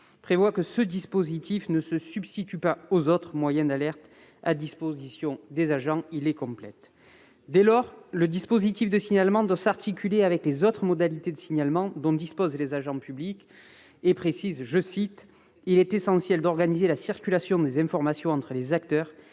prévoit que ce dispositif ne se substitue pas aux autres moyens d'alerte à disposition des agents, mais les complète. Dès lors, le dispositif de signalement doit s'articuler avec les autres modalités de signalements dont disposent les agents publics. La note précise qu'« il est essentiel d'organiser la circulation des informations entre les acteurs